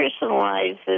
personalizes